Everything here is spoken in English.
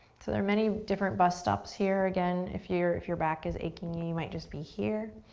there are many different bus stops here, again, if you're if you're back is aching you, you might just be here.